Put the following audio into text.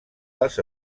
les